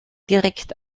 direkt